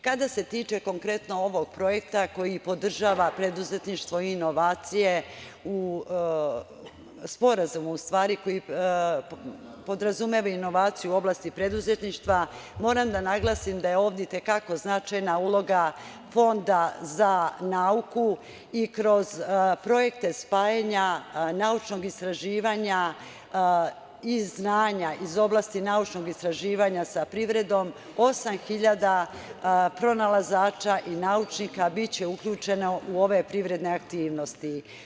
Kada se tiče konkretno ovog projekta koji podržava preduzetništvo i inovacije, Sporazuma, u stvari, koji podrazumeva inovacije u oblasti preduzetništva, moram da naglasim da je ovde i te kako značajna uloga Fonda za nauku i kroz projekte spajanja naučnog istraživanja i znanja iz oblasti naučnog istraživanja sa privredom 8.000 pronalazača i naučnika biće uključeno u ove privredne aktivnosti.